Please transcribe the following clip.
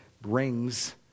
brings